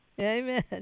Amen